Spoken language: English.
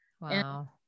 wow